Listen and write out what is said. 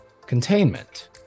Containment